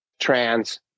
trans